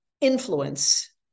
influence